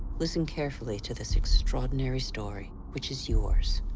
listen carefully to this extraordinary story, which is yours,